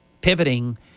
pivoting